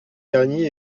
garni